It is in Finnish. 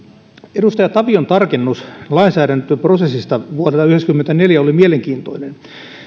edustaja tavion tarkennus lainsäädäntöprosessista vuodelta yhdeksänkymmentäneljä oli mielenkiintoinen